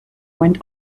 went